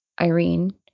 Irene